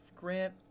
Grant